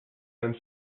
send